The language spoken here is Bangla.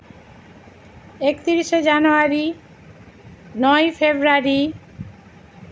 একত্রিশে জানুয়ারি নয় ফেব্রুয়ারি